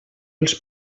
els